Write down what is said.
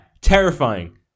terrifying